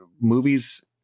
movies